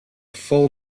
full